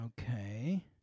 Okay